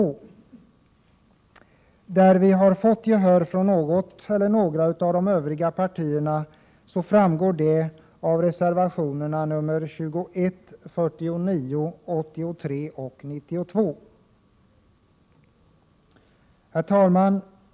De förslag där vi har fått gehör från något eller några av de övriga partierna framgår av reservationerna 21, 41, 83 och 92. Herr talman!